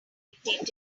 dictated